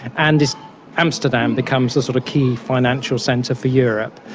and amsterdam becomes the sort of key financial centre for europe.